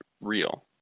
real